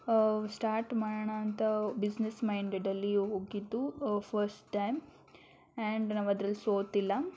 start ಮಾಡೋಣ ಅಂತ business ಮೈಂಡೆಡಲ್ಲಿ ಹೋಗಿದ್ದು ಫಸ್ಟ್ ಟೈಮ್ ಆ್ಯಂಡ್ ನಾವು ಅದರಲ್ಲಿ ಸೋತಿಲ್ಲ